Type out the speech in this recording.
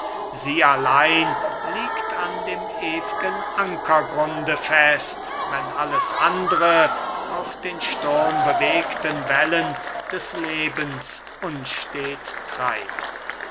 sie allein liegt an dem ew'gen ankergrunde fest wenn alles andre auf den sturmbewegten wellen des lebens unstet treibt die